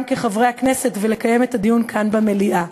כחברי הכנסת ולקיים את הדיון כאן במליאה.